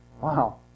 Wow